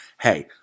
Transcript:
Hey